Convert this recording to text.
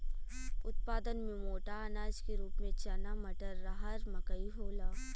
उत्पादन में मोटा अनाज के रूप में चना मटर, रहर मकई होला